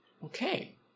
Okay